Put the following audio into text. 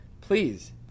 please